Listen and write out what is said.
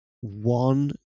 One